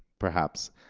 perhaps.